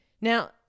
Now